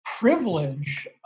privilege